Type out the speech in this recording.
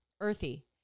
earthy